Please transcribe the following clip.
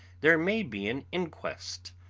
there may be an inquest,